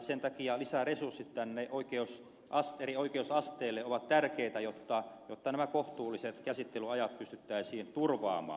sen takia lisäresurssit eri oikeusasteille ovat tärkeitä jotta nämä kohtuulliset käsittelyajat pystyttäisiin turvaamaan